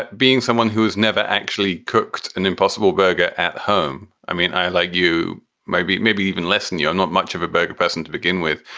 being someone who has never actually cooked an impossible burger at home. i mean, i like you maybe maybe even less. and you're not much of a burger person to begin with.